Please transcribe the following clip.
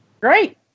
great